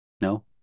No